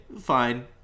fine